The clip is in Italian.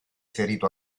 ferito